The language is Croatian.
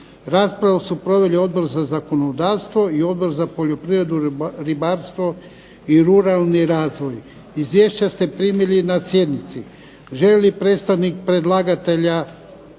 Raspravu su proveli Odbor za zakonodavstvo, i Odbor za poljoprivredu, ribarstvo i ruralni razvoj. Izvješća ste primili na sjednici. Želi li predstavnik predlagatelja